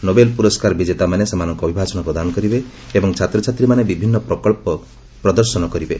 Nobel ପୁରସ୍କାର ବିଜେତାମାନେ ସେମାନଙ୍କ ଅଭିଭାଷଣ ପ୍ରଦାନ କରିବେ ଏବଂ ଛାତ୍ରଛାତ୍ରୀମାନେ ବିଭିନ୍ନ ପ୍ରକଳ୍ପ ପ୍ରଦର୍ଶନ କରିବେ